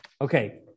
Okay